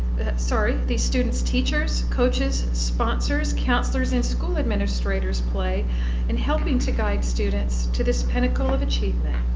sorry, these students' teachers, coaches, sponsors, counselors and school administrators play in helping to guide students to this pinnacle of achievement.